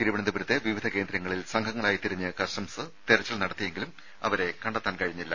തിരുവനന്തപുരത്തെ വിവിധ കേന്ദ്രങ്ങളിൽ സംഘങ്ങളായി തിരിഞ്ഞ് കസ്റ്റംസ് തെരച്ചിൽ നടത്തിയെങ്കിലും അവരെ കണ്ടെത്താൻ കഴിഞ്ഞില്ല